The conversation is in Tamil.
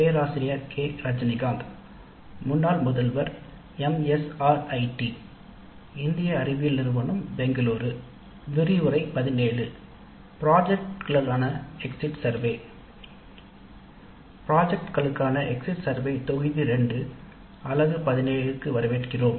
ப்ராஜெக்ட் களுக்கான எக்ஸிட் சர்வே தொகுதி 2 பகுதி 17 க்கு வரவேற்கிறோம்